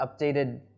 updated